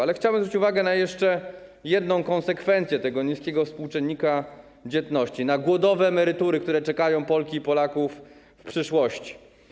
Ale chciałem zwrócić uwagę na jeszcze jedną konsekwencję tego niskiego współczynnika dzietności - na głodowe emerytury, które czekają Polki i Polaków w przyszłości.